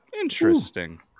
interesting